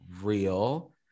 real